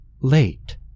late